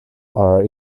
are